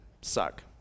suck